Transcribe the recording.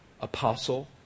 Apostle